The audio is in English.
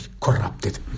corrupted